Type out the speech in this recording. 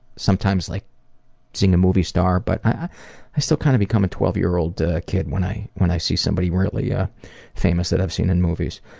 sometimes like seeing a movie star, but i i still kind of become a twelve year old kid when i when i see somebody really ah famous that i've seen in movies.